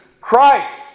Christ